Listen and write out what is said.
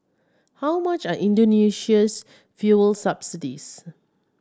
how much are Indonesia's fuel subsidies